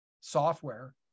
software